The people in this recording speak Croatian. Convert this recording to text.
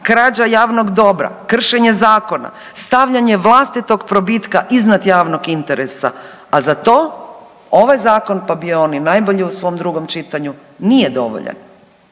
krađa javnog dobra, kršenje zakona, stavljanje vlastitog probitka iznad javnog interesa, a za to ovaj zakon, pa bio on i najbolji u svom drugom čitanju nije dovoljan.